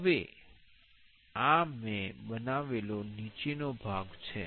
હવે આ મેં બનાવેલો નીચેનો ભાગ છે